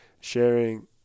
sharing